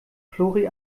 flori